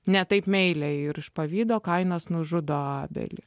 ne taip meiliai ir iš pavydo kainas nužudo abelį